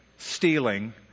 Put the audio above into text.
stealing